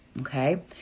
Okay